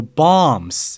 bombs